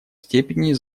степени